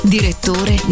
Direttore